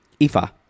Ifa